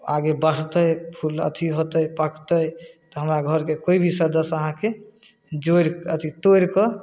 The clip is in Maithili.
आगे बढ़तै फूल अथी होतै पाकतै तऽ हमरा घरके कोइ भी सदस्य अहाँके जोड़ि अथी तोड़िकऽ